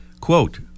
quote